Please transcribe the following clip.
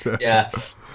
Yes